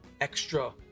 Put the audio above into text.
extra